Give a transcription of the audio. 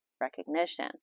recognition